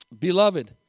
Beloved